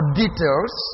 details